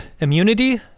immunity